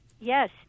Yes